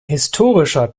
historischer